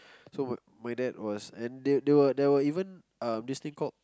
so my my dad was and there there there were even um this thing called